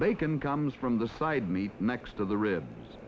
bacon comes from the side meat next to the ribs